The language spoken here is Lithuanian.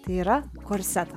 tai yra korsetą